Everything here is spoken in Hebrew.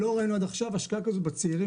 לא ראינו עד עכשיו השקעה כזאת בצעירים.